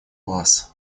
глаз